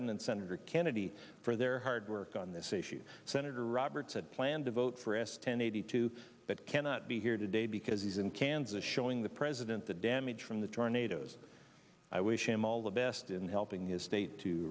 and senator kennedy for their hard work on this issue senator roberts had planned to vote for s ten eighty two that cannot be here today because in kansas showing the president the damage from the tornadoes i wish him all the best in helping his state to